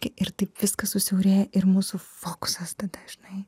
ir taip viskas susiaurėja ir mūsų fokusas tada žinai